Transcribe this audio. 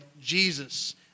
Jesus